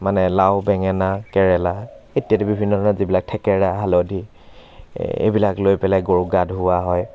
মানে লাও বেঙেনা কেৰেলা ইত্য়াদি বিভিন্ন ধৰণৰ যিবিলাক থেকেৰা হালধি এইবিলাক লৈ পেলাই গৰুক গা ধোওৱা হয়